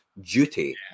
duty